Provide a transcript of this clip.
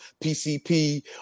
PCP